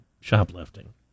shoplifting